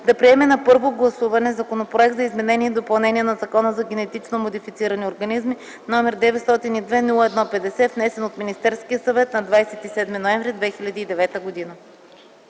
да приеме на първо гласуване Законопроект за изменение и допълнение на Закона за генетично модифицирани организми, № 02-01-50, внесен от Министерския съвет на 27 ноември 2009 г.”